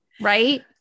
Right